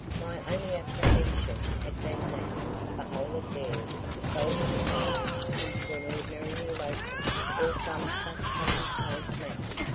my only apprehension had been that the whole affair would dissolve itself into an ordinary elopement or some such common-place matter.